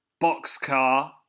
Boxcar